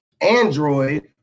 android